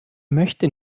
möchte